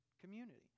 community